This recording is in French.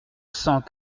cent